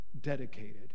dedicated